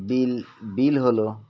বিল bill হলো